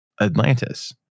Atlantis